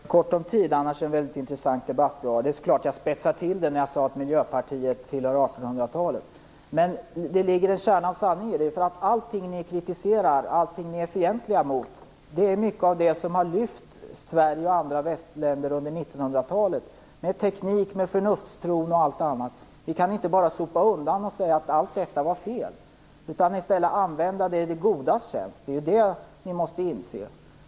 Fru talman! Jag har litet ont om tid, annars är det en väldigt intressant debatt. Det är klart att jag spetsade till det när jag sade att Miljöpartiet tillhör 1800 talet, men det ligger en kärna av sanning i det. Allt ni kritiserar, allt ni är fientliga mot, är mycket av det som har lyft Sverige och andra västländer under 1900 talet. Det handlar om tekniken, förnuftstron och allt annat. Vi kan inte bara sopa undan detta och säga att allt var fel. I stället bör vi använda det i det godas tjänst. Det är det ni måste inse.